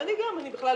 אני רוצה